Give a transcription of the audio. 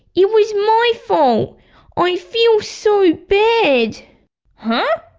it was my fault i feel so bad huh?